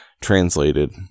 translated